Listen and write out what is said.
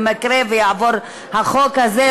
במקרה שיעבור החוק הזה,